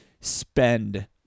spend